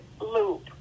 loop